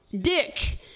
dick